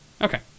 Okay